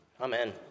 Amen